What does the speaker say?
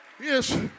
Yes